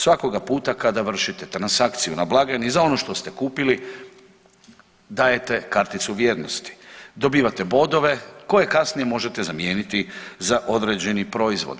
Svakoga puta kada vršite transakciju na blagajni za ono što ste kupili dajete karticu vjernosti, dobivate bodove koje kasnije možete zamijeniti za određeni proizvod.